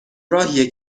راهیه